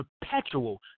perpetual